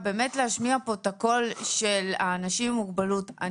להשמיע כאן את הקול של האנשים עם מוגבלות,